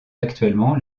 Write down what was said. actuellement